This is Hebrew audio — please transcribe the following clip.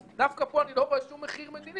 אז דווקא פה אני לא רואה שום מחיר מדיני.